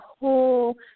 whole